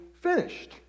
finished